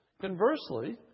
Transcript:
Conversely